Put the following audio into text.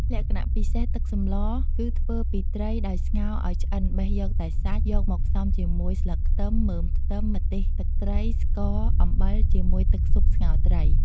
លក្ខណៈពិសេសទឹកសម្ល គឺធ្វើពីត្រី ដោយស្ងោរឱ្យឆ្អិនបេះយកតែសាច់ យកមកផ្សំជាមួយ ស្លឹកខ្ទឹម មើមខ្ទឹម ម្ទេសទឹកត្រី ស្ករ អំបិល ជាមួយទឹកស៊ុបស្ងោរត្រី ។